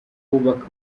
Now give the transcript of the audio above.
kubaka